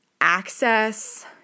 access